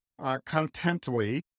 Contently